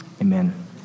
Amen